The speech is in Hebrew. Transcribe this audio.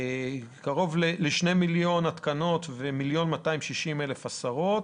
היו קרוב לשני מיליון התקנות ו-1,260,000 הסרות,